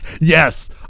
Yes